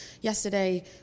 yesterday